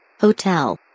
Hotel